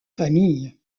familles